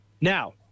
Now